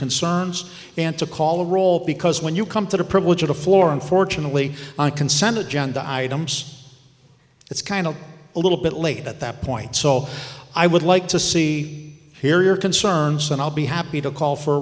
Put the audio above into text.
concerns and to call the roll because when you come to the privilege of the floor unfortunately i consent agenda items it's kind of a little bit late at that point so i would like to see hear your concerns and i'll be happy to call for